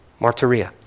Martyria